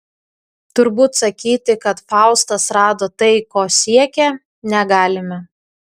turbūt sakyti kad faustas rado tai ko siekė negalime